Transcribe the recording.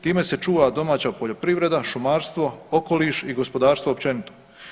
Time se čuva domaća poljoprivreda, šumarstvo, okoliš i gospodarstvo općenito.